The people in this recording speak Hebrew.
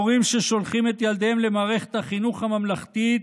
ההורים ששולחים את ילדיהם למערכת החינוך הממלכתית